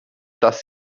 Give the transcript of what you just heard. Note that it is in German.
dass